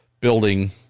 building